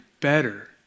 better